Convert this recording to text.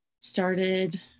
Started